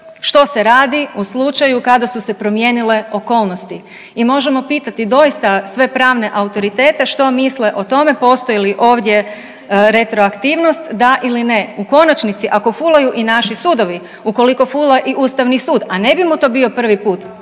što se radi u slučaju kada su se promijenile okolnosti i možemo pitati doista sve pravne autoritete što misle o tome postoje li ovdje retroaktivnost da ili ne. U konačnici ako fulaju i naši sudovi, ukoliko fula i ustavni sud, a ne bi mu to bio prvi put